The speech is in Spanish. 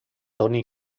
tony